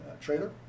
trailer